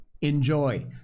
Enjoy